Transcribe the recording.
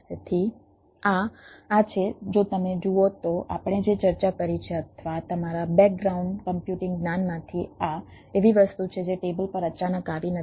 તેથી આ આ છે જો તમે જુઓ તો આપણે જે ચર્ચા કરી છે અથવા તમારા બેકગ્રાઉન્ડ કમ્પ્યુટિંગ જ્ઞાનમાંથી આ એવી વસ્તુ છે જે ટેબલ પર અચાનક આવી નથી